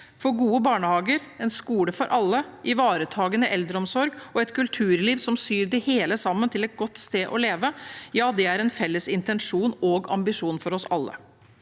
for gode barnehager, en skole for alle, ivaretakende eldreomsorg og et kulturliv som syr det hele sammen til et godt sted å leve, er en felles intensjon og ambisjon for oss alle.